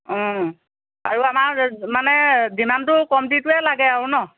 আৰু আমাৰ মানে ডিমাণ্ডটো কমতিটোৱে লাগে আৰু ন